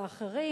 ואחרים: